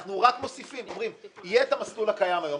אנחנו רק מוסיפים ואומרים: יהיה המסלול הקיים היום,